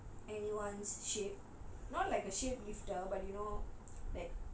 anyone's shape not like a shape lifter